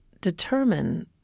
determine